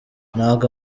ntabwo